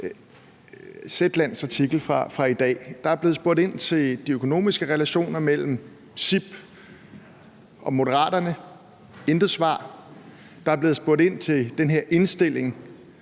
Zetlands artikel fra i dag. Der er blevet spurgt ind til de økonomiske relationer mellem CIP og Moderaterne – intet svar; der er blevet spurgt ind til den her indstilling